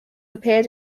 appeared